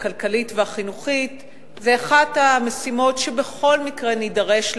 הכלכלית והחינוכית זו אחת המשימות שבכל מקרה נידרש לה,